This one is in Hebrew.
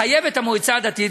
חייבת המועצה הדתית,